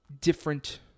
different